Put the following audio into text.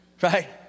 Right